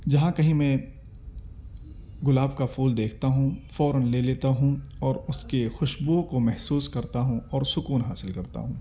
جہاں کہیں میں گلاب کا پھول دیکھتا ہوں فوراً لے لیتا ہوں اور اس کے خوشبوؤں کو محسوس کرتا ہوں اور سکون حاصل کرتا ہوں